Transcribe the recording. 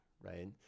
right